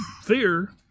fear